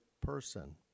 person